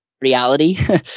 reality